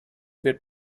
wird